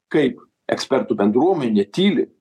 kaip ekspertų bendruomenė tyli